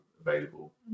available